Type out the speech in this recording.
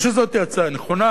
אני חושב שזאת ההצעה הנכונה,